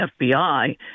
FBI